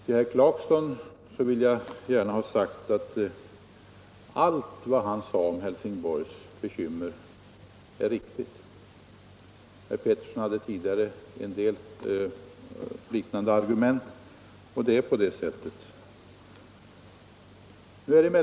Jag vill gärna ha sagt till herr Clarkson att allt han anförde om Helsingborgs bekymmer är riktigt. Herr Pettersson i Helsingborg anförde tidigare en del liknande argument, och det är på det sätt som de sade.